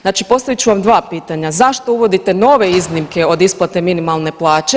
Znači postavit ću vam dva pitanja, zašto uvodite nove iznimke od isplate minimalne plaće?